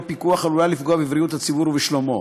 פיקוח עלולה לפגוע בבריאות הציבור ובשלומו.